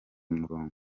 murongo